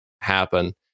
happen